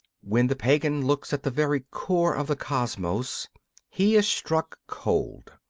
when the pagan looks at the very core of the cosmos he is struck cold.